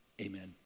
amen